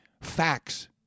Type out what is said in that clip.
facts